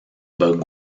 about